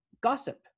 gossip